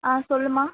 ஆ சொல்லும்மா